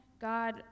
God